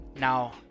now